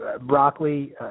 broccoli